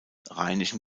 rheinischen